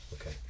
Okay